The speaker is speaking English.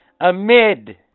Amid